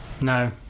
No